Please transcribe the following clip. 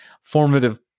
formative